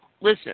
listen